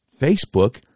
Facebook